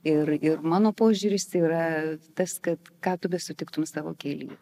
ir ir mano požiūris yra tas kad ką tu besutiktum savo kely